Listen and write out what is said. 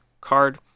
card